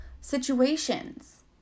situations